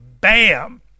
bam